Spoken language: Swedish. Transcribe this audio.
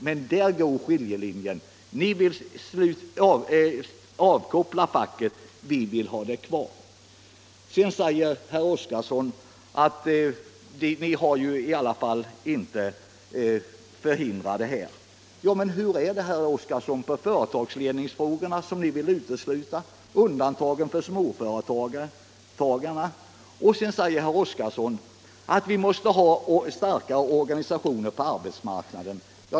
Men där går skiljelinjen: Ni vill avkoppla facket. Vi vill ha det kvar. Sedan säger herr Oskarson: Vi har inte förhindrat ett ökat medinflytande. Men hur är det, herr Oskarson, när det gäller företagsledningsfrågorna? Där vill ni göra undantag för småföretagarna. Vidare säger herr Oskarson att vi måste ha starka organisationer på arbetsmarknaden.